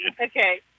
Okay